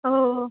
हूँ